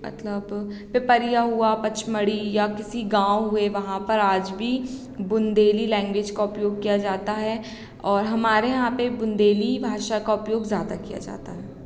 मतलब पिपरिया हुआ पचमढ़ी या किसी गाँव हुए वहाँ पर आज भी बुंदेली लैंग्वेज का उपयोग किया जाता है और हमारे यहाँ पर बुंदेली भाषा का उपयोग ज़्यादा किया जाता है